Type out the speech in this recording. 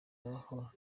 aho